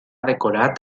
decorat